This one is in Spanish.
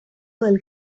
del